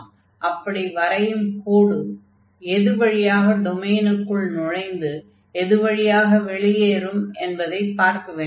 அப்படி வரையும் கோடு எது வழியாக டொமைனுக்குள் நுழைந்து எது வழியாக வெளியேறும் என்பதைப் பார்க்க வேண்டும்